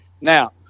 Now